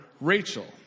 Rachel